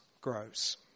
grows